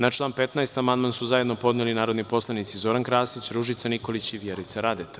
Na član 15. amandman su zajedno podneli narodni poslanici Zoran Krasić, Ružica Nikolić i Vjerica Radeta.